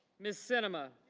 miss cinema,